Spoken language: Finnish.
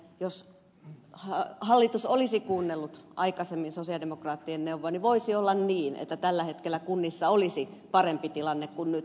jos hallitus olisi kuunnellut aikaisemmin sosialidemokraattien neuvoja voisi olla niin että tällä hetkellä kunnissa olisi parempi tilanne kuin nyt